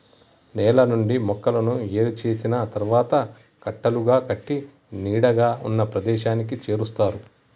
నేల నుండి మొక్కలను ఏరు చేసిన తరువాత కట్టలుగా కట్టి నీడగా ఉన్న ప్రదేశానికి చేరుస్తారు